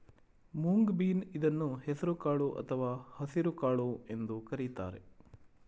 moong bean ಇದನ್ನು ಹೆಸರು ಕಾಳು ಅಥವಾ ಹಸಿರುಕಾಳು ಎಂದು ಕರಿತಾರೆ